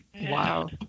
Wow